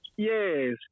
Yes